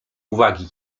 uwagi